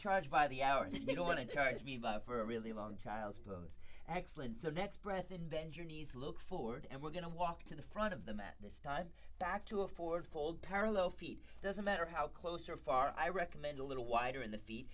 charge by the hour they don't want to charge me for a really long child's pose excellent so next breath and bend your knees look forward and we're going to walk to the front of the mat this time back to a ford fold parallel feet doesn't matter how close or far i recommend a little wider in the feet